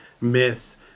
miss